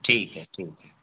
ٹھیک ہے ٹھیک ہے